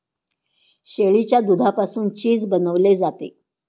शेळीच्या दुधापासून चीज बनवले जाते